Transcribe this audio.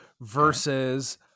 versus